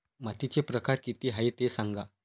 मातीचे प्रकार किती आहे ते सांगा